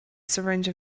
syringe